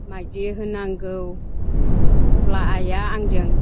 माइदि होनांगौ अब्ला आइआ आंजों